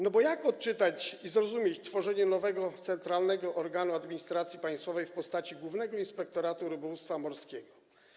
No bo jak odczytać i zrozumieć tworzenie nowego centralnego organu administracji państwowej w postaci głównego inspektoratu rybołówstwa morskiego?